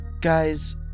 Guys